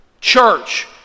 Church